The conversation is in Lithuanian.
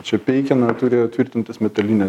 čia peikena turėjo tvirtintis metalinė